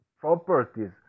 properties